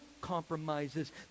compromises